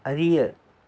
அறிய